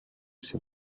ses